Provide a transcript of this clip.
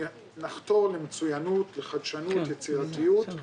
נחתור למצוינות, לחדשנות, יצירתיות,